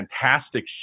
fantastic